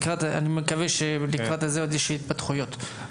מקווה שלקראת הזה יש עוד התפתחויות.